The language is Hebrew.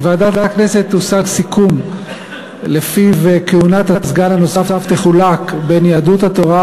בוועדת הכנסת הושג סיכום שלפיו כהונת הסגן הנוסף תחולק בין יהדות התורה,